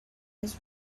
his